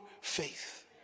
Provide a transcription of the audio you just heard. faith